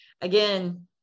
again